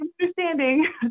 understanding